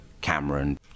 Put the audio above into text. Cameron